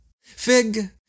Fig